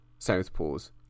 Southpaws